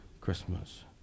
Christmas